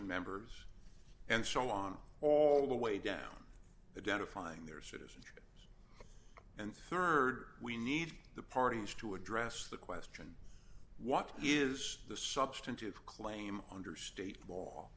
and members and so on all the way down the den to find their citizens and rd we need the parties to address the question what is the substantive claim under state